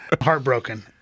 Heartbroken